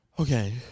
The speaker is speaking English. Okay